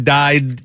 died